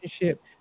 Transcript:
relationship